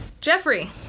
Jeffrey